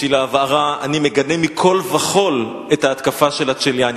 בשביל ההבהרה: אני מגנה מכול וכול את ההתקפה של הצ'יליאני,